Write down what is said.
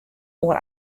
oer